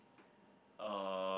uh